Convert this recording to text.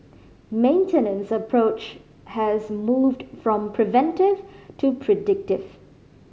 maintenance approach has moved from preventive to predictive